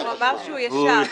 הוא אמר שהוא ישר.